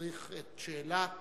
ומצריך לשאול את שאלת